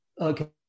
Okay